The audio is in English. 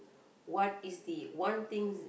what is the one things